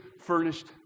furnished